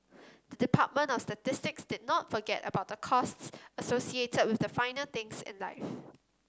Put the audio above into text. the Department of Statistics did not forget about the costs associated with the finer things in life